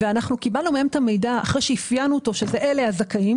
קיבלנו מהם את המידע אחרי שאפיינו אותו שאלה הזכאים